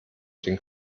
den